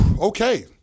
okay